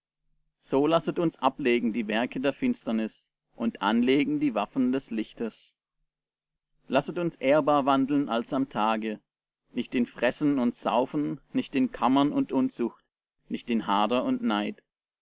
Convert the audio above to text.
so lasset uns ablegen die werke der finsternis und anlegen die waffen des lichtes lasset uns ehrbar wandeln als am tage nicht in fressen und saufen nicht in kammern und unzucht nicht in hader und neid